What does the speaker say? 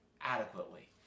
adequately